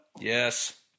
Yes